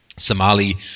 Somali